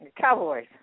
Cowboys